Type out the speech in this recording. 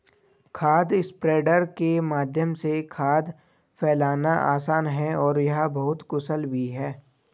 खाद स्प्रेडर के माध्यम से खाद फैलाना आसान है और यह बहुत कुशल भी है